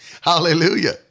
Hallelujah